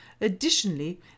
Additionally